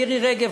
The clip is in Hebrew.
מירי רגב,